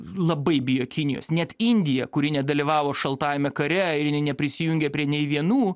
labai bijo kinijos net indija kuri nedalyvavo šaltajame kare ir jinai neprisijungė prie nei vienų